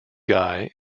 guy